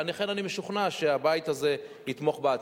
ולכן אני משוכנע שהבית הזה יתמוך בהצעה.